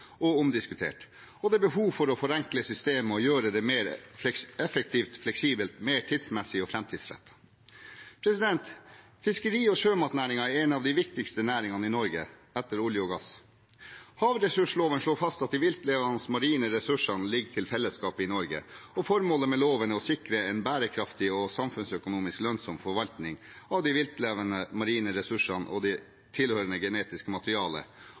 og omdiskutert, og det er behov for å forenkle systemet og gjøre det mer effektivt, fleksibelt, tidsmessig og framtidsrettet. Fiskeri- og sjømatnæringen er en av de viktigste næringene i Norge, etter olje og gass. Havressursloven slår fast at de viltlevende marine ressursene ligger til fellesskapet i Norge, og formålet med loven er å sikre en bærekraftig og samfunnsøkonomisk lønnsom forvaltning av de viltlevende marine ressursene og det tilhørende genetiske materialet